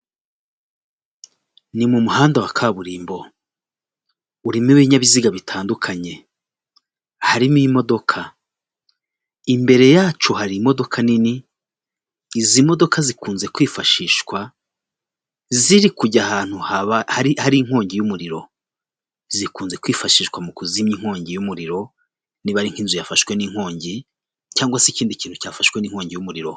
Ni mu muhanda wa kaburimbo, urimo ibinyabiziga bitandukanye harimo imodoka imbere yacu hari imodoka nini izi modoka zikunze kwifashishwa ziri kujya ahantu haba hari inkongi y'umuriro zikunze kwifashishwa mu kuzimya inkongi y'umuriro niba ari nk'inzu yafashwe n'inkongi cyangwa se ikindi kintu cyafashwe n'inkongi y'umuriro.